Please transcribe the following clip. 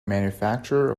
manufacturer